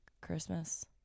Christmas